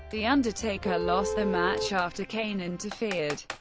the undertaker lost the match after kane interfered.